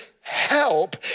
help